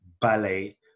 ballet